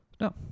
No